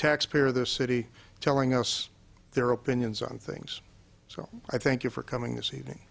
taxpayer the city telling us their opinions on things so i thank you for coming this evening